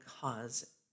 cause